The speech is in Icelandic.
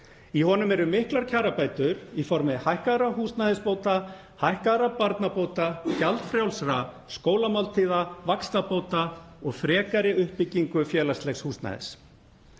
Í honum eru miklar kjarabætur í formi hækkaðra húsnæðisbóta, hækkaðra barnabóta, gjaldfrjálsra skólamáltíða, vaxtabóta og frekari uppbyggingar félagslegs húsnæðis.